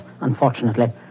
unfortunately